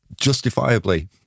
justifiably